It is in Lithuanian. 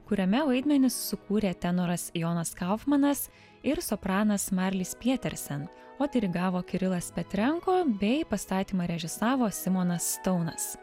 kuriame vaidmenis sukūrė tenoras jonas kaufmanas ir sopranas marlis pietersen o dirigavo kirilas petrenko bei pastatymą režisavo simonas stounas